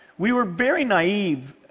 we were very naive,